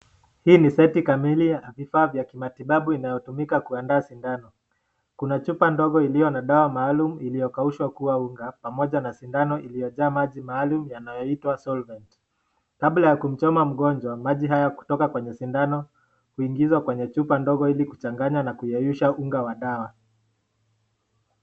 Hii ni seti kamili ya vifaa vya kimatibabu inayotumika kuandaa sindano, kuna chupa ndogo iliyo na dawa maalum iliyokaushwa kuwa unga pamoja na sindano iliyojaa maji maalaum yanayoitwa solvent ,kabla ya kumchoma mgonjwa maji haya kutoka kwenye sindano huingizwa kwenye chupa ndogo ili kuchanganya na kuyeyusha unga wa dawa.